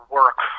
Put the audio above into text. work